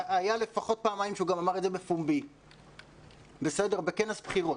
היה לפחות פעמיים שהוא גם אמר את זה בפומבי בכנס בחירות.